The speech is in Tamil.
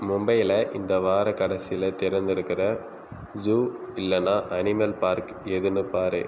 மும்பையில் இந்த வாரக் கடைசியில் திறந்திருக்கிற ஜூ இல்லைன்னா அனிமல் பார்க் எதுன்னு பார்